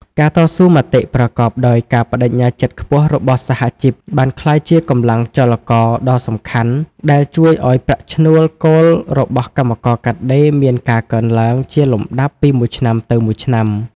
ការតស៊ូមតិប្រកបដោយការប្តេជ្ញាចិត្តខ្ពស់របស់សហជីពបានក្លាយជាកម្លាំងចលករដ៏សំខាន់ ដែលជួយឱ្យប្រាក់ឈ្នួលគោលរបស់កម្មករកាត់ដេរមានការកើនឡើងជាលំដាប់ពីមួយឆ្នាំទៅមួយឆ្នាំ។